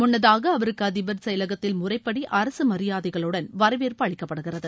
முன்னதூக அவருக்கு அதிபர் செயலகத்தில் முறைப்படி அரசு மரியாதைகளுடன் வரவேற்பு அளிக்கப்படுகிறது